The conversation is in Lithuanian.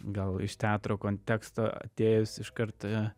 gal iš teatro konteksto atėjus iš karto